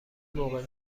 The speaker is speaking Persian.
موقع